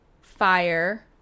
fire